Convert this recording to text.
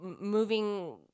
moving